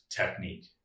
technique